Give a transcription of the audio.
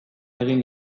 egin